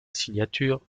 signature